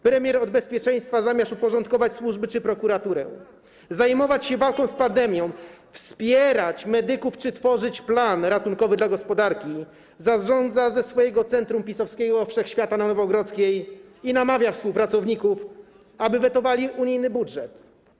Premier od bezpieczeństwa, zamiast uporządkować służby czy prokuraturę, zajmować się walką z pandemią, wspierać medyków czy tworzyć plan ratunkowy dla gospodarki, zarządza ze swojego centrum PiS-owskiego wszechświata na Nowogrodzkiej i namawia współpracowników, aby wetowali unijny budżet.